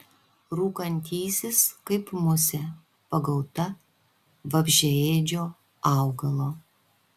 rūkantysis kaip musė pagauta vabzdžiaėdžio augalo